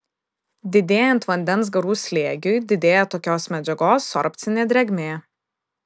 didėjant vandens garų slėgiui didėja tokios medžiagos sorbcinė drėgmė